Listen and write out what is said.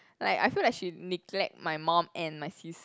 like I feel like she neglect my mum and my sis